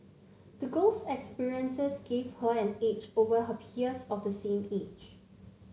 the girl's experiences gave her an edge over her peers of the same age